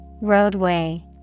Roadway